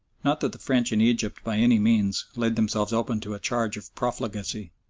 not that the french in egypt by any means laid themselves open to a charge of profligacy.